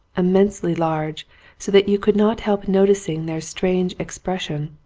immensely large so that you could not help noticing their strange expression,